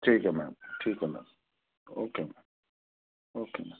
ٹھیک ہے میم ٹھیک ہے میم اوکے میم اوکے میم